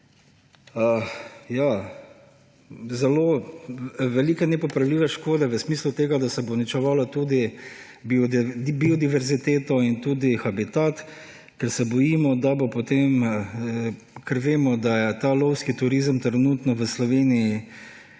zelo velike nepopravljive škode v smislu tega, da se bo uničevala biodiverziteta in tudi habitat, ker vemo, da je po moje ta lovski turizem trenutno v Sloveniji,